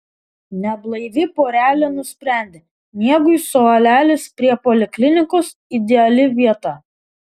neblaivi porelė nusprendė miegui suolelis prie poliklinikos ideali vieta